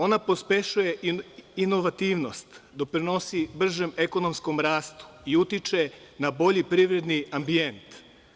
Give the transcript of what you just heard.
Ona pospešuje inovativnost, doprinosi bržem ekonomskom rastu i utiče na bolji privredni ambijent.